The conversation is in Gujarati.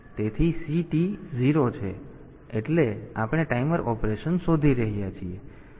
તેથી CT 0 છે એટલે આપણે ટાઈમર ઓપરેશન શોધી રહ્યા છીએ